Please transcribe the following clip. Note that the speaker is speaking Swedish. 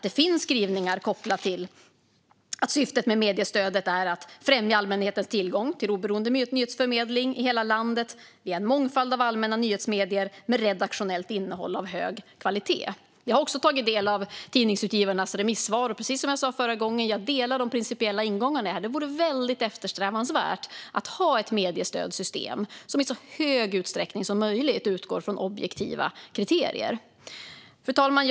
Det finns skrivningar kopplat till att syftet med mediestödet är att främja allmänhetens tillgång till oberoende nyhetsförmedling i hela landet via en mångfald av allmänna nyhetsmedier med redaktionellt innehåll av hög kvalitet. Jag har också tagit del av Tidningsutgivarnas remissvar, och precis som jag sa förra gången delar jag de principiella ingångarna här. Det vore väldigt eftersträvansvärt att ha ett mediestödssystem som i så stor utsträckning som möjligt utgår från objektiva kriterier. Fru talman!